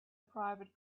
private